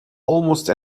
almost